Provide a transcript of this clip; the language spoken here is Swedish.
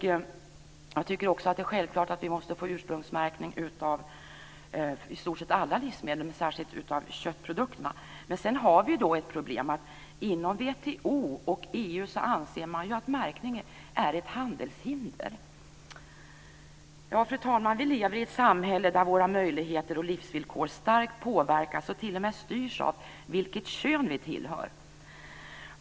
Jag tycker också att det är självklart att vi måste få ursprungsmärkning på i stort sett alla livsmedel, men särskilt på köttprodukterna. Men det finns ett problem, nämligen att man inom WTO och EU anser att märkning är ett handelshinder. Fru talman! Vi lever i ett samhälle där våra möjligheter och livsvillkor starkt påverkas och t.o.m. styrs av vilket kön vi tillhör.